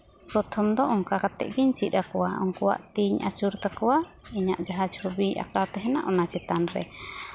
ᱯᱨᱚᱛᱷᱚᱢ ᱫᱚ ᱚᱱᱠᱟ ᱠᱟᱛᱮᱫ ᱜᱤᱧ ᱪᱮᱫ ᱟᱠᱚᱣᱟ ᱩᱱᱠᱩᱣᱟᱜ ᱛᱤᱧ ᱟᱹᱪᱩᱨ ᱛᱟᱠᱚᱣᱟ ᱤᱧᱟᱹᱜ ᱡᱟᱦᱟᱸ ᱪᱷᱚᱵᱤ ᱟᱸᱠᱟᱣ ᱛᱟᱦᱮᱱᱟ ᱚᱱᱟ ᱪᱮᱛᱟᱱ ᱨᱮ